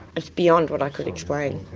it's beyond what i could explain,